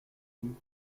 vous